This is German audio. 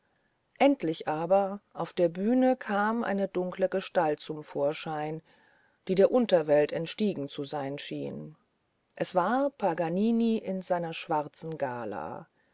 endlich aber auf der bühne kam eine dunkle gestalt zum vorschein die der unterwelt entstiegen zu sein schien das war paganini in seiner schwarzen gala